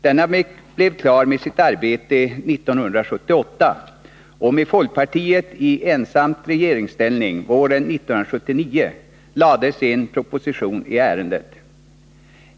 Denna blev klar med sitt arbete 1978, och med folkpartiet ensamt i regeringsställning våren 1979 framlades en proposition i ärendet.